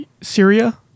Syria